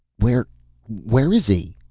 where where is he?